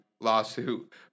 lawsuit